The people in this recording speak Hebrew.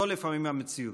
זו לפעמים המציאות.